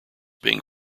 being